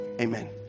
Amen